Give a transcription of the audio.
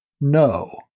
No